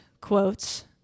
quotes